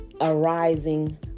arising